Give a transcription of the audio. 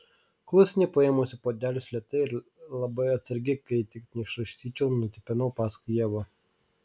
klusniai paėmusi puodelius lėtai ir labai atsargiai kad tik neišlaistyčiau nutipenau paskui ievą